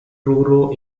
truro